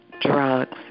drugs